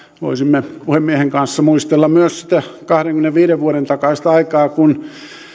voisimme puhemiehen kanssa muistella myös sitä kahdenkymmenenviiden vuoden takaista aikaa kun